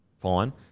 fine